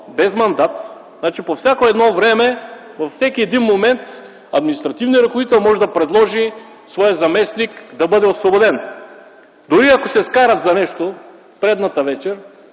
без мандат. Значи по всяко едно време, във всеки един момент, административният ръководител може да предложи своя заместник да бъде освободен. Дори ако се скарат за нещо предната вечер,